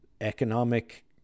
economic